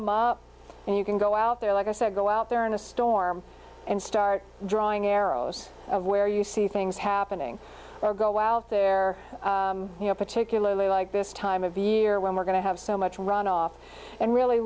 him up and you can go out there like i said go out there in a storm and start drawing arrows of where you see things happening or go out there you know particularly like this time of year when we're going to have so much runoff and really